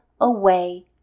away